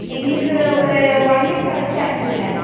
எங்களுக்கு ஒரு one week கழிச்சு அனுப்பிடுங்க